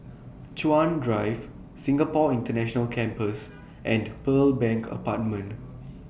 Chuan Drive Singapore International Campus and Pearl Bank Apartment